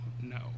no